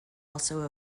also